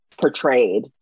portrayed